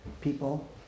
people